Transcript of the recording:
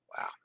Wow